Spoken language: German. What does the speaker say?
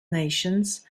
nations